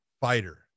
fighter